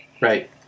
Right